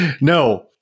No